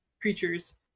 creatures